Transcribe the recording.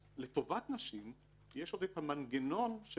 שלטובת נשים יש עוד את המנגנון של